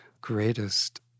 greatest